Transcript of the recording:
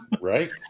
Right